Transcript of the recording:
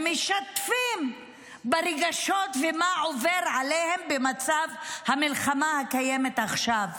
משתפים ברגשות ובמה שעובר עליהם במצב המלחמה הקיימת עכשיו,